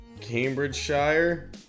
Cambridgeshire